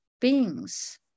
beings